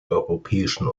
europäischen